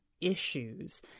issues